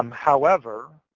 um however,